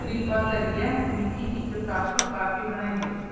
कृपा करियै मिगी इक कप कॉफी बनाई देओ